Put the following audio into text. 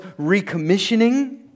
recommissioning